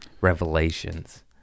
Revelations